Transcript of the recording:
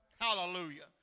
Hallelujah